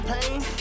pain